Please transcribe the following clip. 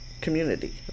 community